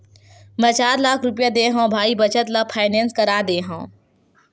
मै चार लाख रुपया देय हव भाई बचत ल फायनेंस करा दे हँव